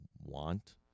want